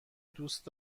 دوست